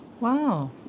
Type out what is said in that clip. Wow